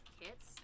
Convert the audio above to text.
kits